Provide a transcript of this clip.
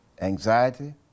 anxiety